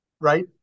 right